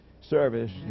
service